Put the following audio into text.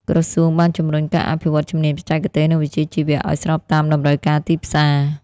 ក្រសួងបានជំរុញការអភិវឌ្ឍជំនាញបច្ចេកទេស និងវិជ្ជាជីវៈឱ្យស្របតាមតម្រូវការទីផ្សារ។